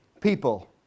people